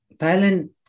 Thailand